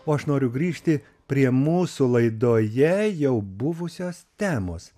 o aš noriu grįžti prie mūsų laidoje jau buvusios temos